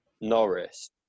Norris